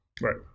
Right